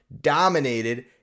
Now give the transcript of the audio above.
dominated